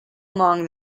among